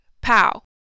pow